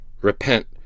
repent